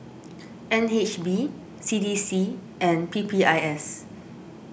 N H B C D C and P P I S